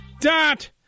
dot